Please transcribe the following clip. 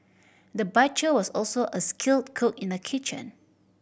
the butcher was also a skilled cook in the kitchen